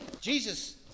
Jesus